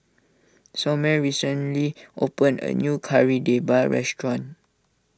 Somer recently opened a new Kari Debal restaurant